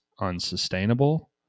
unsustainable